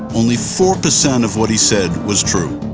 only four percent of what he said was true.